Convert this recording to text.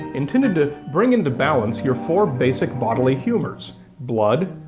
intended to bring into balance your four basic bodily humors blood,